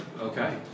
Okay